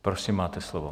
Prosím, máte slovo.